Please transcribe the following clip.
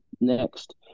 next